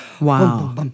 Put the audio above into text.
Wow